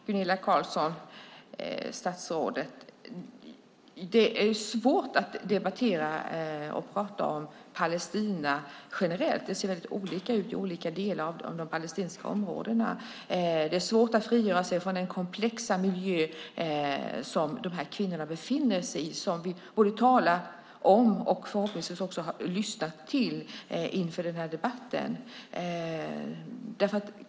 Fru talman och statsrådet Gunilla Carlsson! Det är svårt att debattera och prata om Palestina generellt. Det ser väldigt olika ut i olika delar av de palestinska områdena. Det är svårt att frigöra sig från den komplexa miljö som de här kvinnorna befinner sig i. Vi har både talat om och förhoppningsvis också lyssnat till dem inför denna debatt.